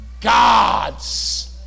gods